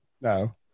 No